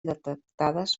detectades